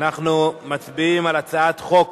אנחנו מצביעים על הצעת חוק